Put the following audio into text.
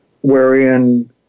wherein